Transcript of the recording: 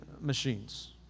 machines